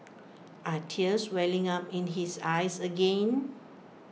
are tears welling up in his eyes again